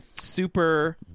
Super